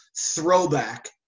throwback